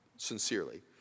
sincerely